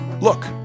Look